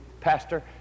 Pastor